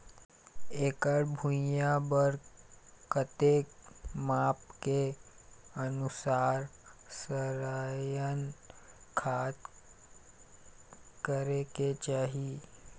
एकड़ भुइयां बार कतेक माप के अनुसार रसायन खाद करें के चाही?